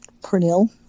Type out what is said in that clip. Pernil